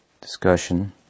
discussion